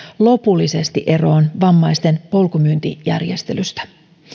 lopullisesti eroon vammaisten polkumyyntijärjestelystä